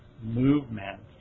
movement